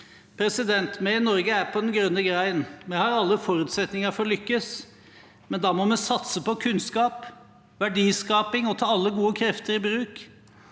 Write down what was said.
Vi i Norge er på den grønne gren. Vi har alle forutsetninger for å lykkes, men da må vi satse på kunnskap og verdiskaping og ta alle gode krefter i bruk.